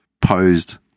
posed